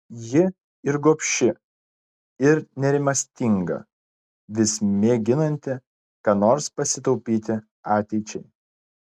ji ir gobši ir nerimastinga vis mėginanti ką nors pasitaupyti ateičiai